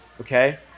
okay